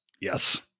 Yes